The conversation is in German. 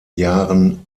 jahren